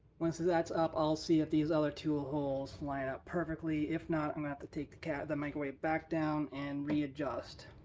once that's up i'll see if these other two ah holes line up perfectly. if not i'm have to take the microwave back down and readjust.